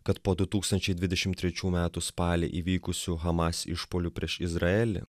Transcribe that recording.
kad po du tūkstančiai dvidešimt trečių metų spalį įvykusių hamas išpuolių prieš izraelį